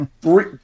three